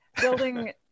building